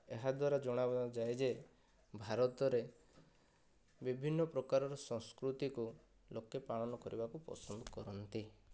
ଏହା ଦ୍ୱାରା ଜଣାଯାଏ ଯେ ଭାରତରେ ବିଭିନ୍ନପ୍ରକାରର ସଂସ୍କୃତିକୁ ଲୋକେ ପାଳନ କରିବାକୁ ପସନ୍ଦ କରନ୍ତି